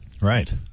Right